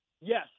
Yes